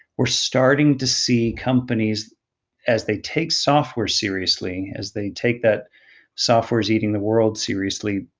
we're starting to see companies as they take software seriously, as they take that software is eating the world seriously.